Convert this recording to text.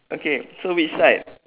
okay so which side